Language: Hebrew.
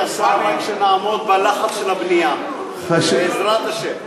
אדוני השר, רק שנעמוד בלחץ של הבנייה בעזרת השם.